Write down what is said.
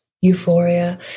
euphoria